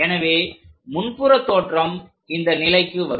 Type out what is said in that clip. எனவே முன்புற தோற்றம் இந்த நிலைக்கு வரும்